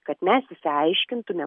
kad mes išsiaiškintumėm